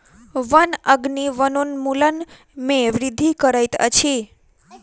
वन अग्नि वनोन्मूलन में वृद्धि करैत अछि